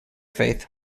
faith